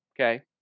Okay